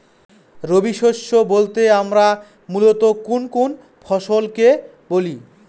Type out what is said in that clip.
রবি শস্য বলতে আমরা মূলত কোন কোন ফসল কে বলি?